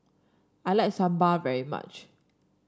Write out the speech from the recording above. I like Sambar very much